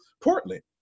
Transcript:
Portland